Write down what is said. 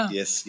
Yes